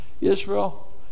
Israel